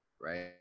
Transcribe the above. right